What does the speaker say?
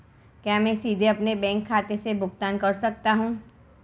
क्या मैं सीधे अपने बैंक खाते से भुगतान कर सकता हूं?